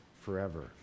forever